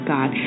God